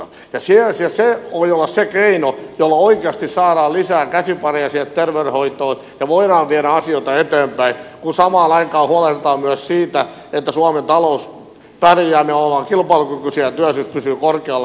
se voi olla se keino jolla oikeasti saadaan lisää käsipareja sinne terveydenhoitoon ja voidaan viedä asioita eteenpäin kun samaan aikaan huolehditaan myös siitä että suomen talous pärjää me olemme kilpailukykyisiä ja työllisyys pysyy korkealla